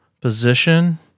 Position